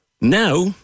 now